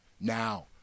Now